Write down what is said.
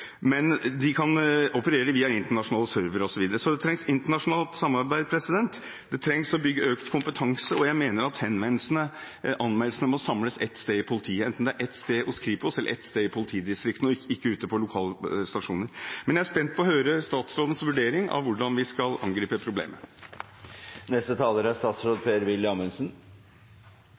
men de kan operere via internasjonale servere osv. Så det trengs internasjonalt samarbeid, det trengs bygging av økt kompetanse. Jeg mener at anmeldelsene må samles ett sted hos politiet, enten ett sted hos Kripos eller ett sted i politidistriktene – ikke ute på lokale stasjoner. Jeg er spent på å høre statsrådens vurdering av hvordan vi skal angripe dette problemet. Innledningsvis vil jeg gi uttrykk for at IKT-kriminalitet og bekjempelse av dette er